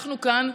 אנחנו כאן,